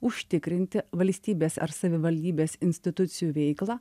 užtikrinti valstybės ar savivaldybės institucijų veiklą